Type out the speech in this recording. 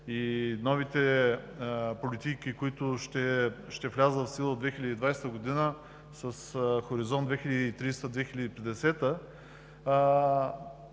и новите политики, които ще влязат в сила от 2020 г. с хоризонт 2030 – 2050